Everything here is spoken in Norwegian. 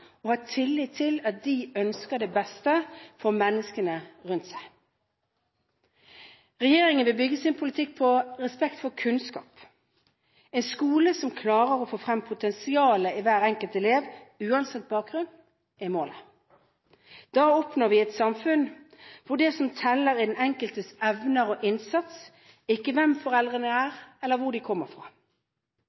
og engasjement, og har tillit til at de ønsker det beste for menneskene rundt seg. Regjeringen vil bygge sin politikk på respekten for kunnskap. En skole som klarer å få frem potensialet i hver enkelt elev, uansett bakgrunn, er målet. Da oppnår vi et samfunn hvor det som teller er den enkeltes evner og innsats, ikke hvem foreldrene er eller hvor de kommer fra.